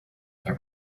their